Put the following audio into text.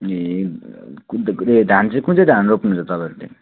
ए धान चाहिँ कुन चाहिँ धान रोप्नुहुन्छ तपाईँहरूले